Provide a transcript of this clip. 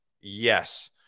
yes